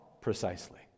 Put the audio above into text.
precisely